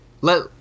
let